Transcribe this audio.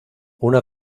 una